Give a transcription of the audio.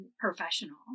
professional